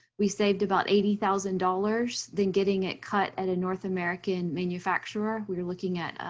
we saved about eighty thousand dollars than getting it cut at a north american manufacturer. we were looking at